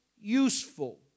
useful